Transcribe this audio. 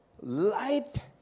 light